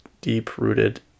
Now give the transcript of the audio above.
deep-rooted